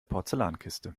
porzellankiste